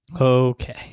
Okay